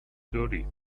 dirty